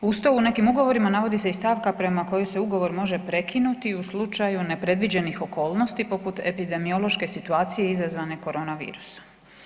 Uz to u nekim ugovorima navodi se i stavka prema kojoj se ugovor može prekinuti u slučaju nepredviđenih okolnosti poput epidemiološke situacije izazvane korona virusom.